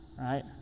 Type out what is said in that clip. right